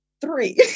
three